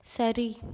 சரி